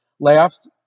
layoffs